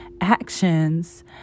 actions